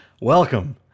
Welcome